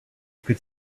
could